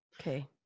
Okay